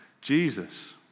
Jesus